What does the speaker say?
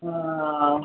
ஆ ஆ